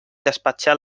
despatxar